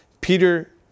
Peter